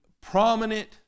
prominent